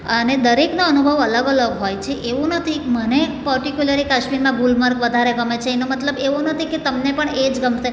અને દરેકનો અનુભવ અલગ અલગ હોય છે એવું નથી કે મને પર્ટીક્યુલરલી કાશ્મીરમાં ગુલમર્ગ વધારે ગમે છે એનો મતલબ એવો નથી કે તમને પણ એ જ ગમશે